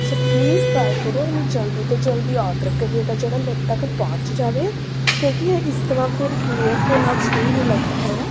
so please try ਕਰੋ ਇਹਨੂੰ ਜਲਦੀ ਤੋਂ ਜਲਦੀ ਆਰਡਰ ਕਰੀਏ ਤਾਂ ਜਿਹੜਾ ਮੇਰੇ ਤੱਕ ਪਹੁੰਚ ਜਾਵੇ ਕਿਉਂਕਿ ਇਹ ਇਸ ਤਰਾਂ ਫਿਰ ਲੇਟ ਹੋਣਾ ਸਹੀ ਨਹੀਂ ਲੱਗਦਾ ਹੈਗਾ